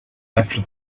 after